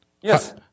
Yes